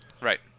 Right